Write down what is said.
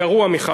גרוע מכך,